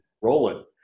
rolling